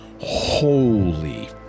Holy